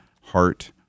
heart